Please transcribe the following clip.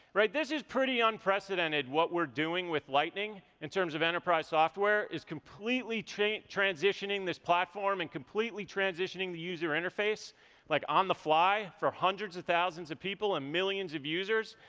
right. this is pretty unprecedented, what we're doing with lightning in terms of enterprise software. is completely transitioning this platform and completely transitioning the user interface like on the fly for hundreds of thousands of people and millions of users.